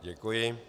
Děkuji.